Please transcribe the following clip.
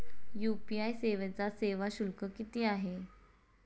UPI सेवेचा सेवा शुल्क किती आहे?